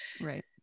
Right